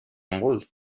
nombreuses